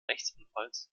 rechtsanwalts